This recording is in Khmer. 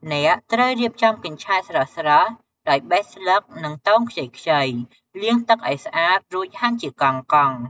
អ្នកត្រូវរៀបចំ កញ្ឆែត ស្រស់ៗ ដោយបេះស្លឹក និងទងខ្ចីៗ លាងទឹកឲ្យស្អាត រួចហាន់ជាកង់ៗ។